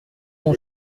son